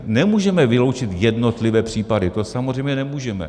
Nemůžeme vyloučit jednotlivé případy, to samozřejmě nemůžeme.